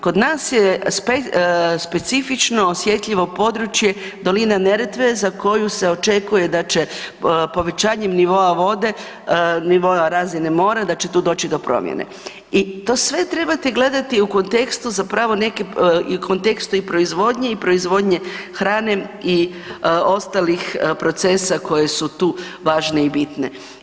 Kod nas je specifično osjetljivo područje dolina Neretve za koju se očekuje da će povećanjem nivoa vode, nivoa razine mora, da će tu doći do promjene i to sve trebate gledati u kontekstu zapravo neke, kontekstu i proizvodnje i proizvodnje hrane i ostalih procesa koji su tu važne i bitne.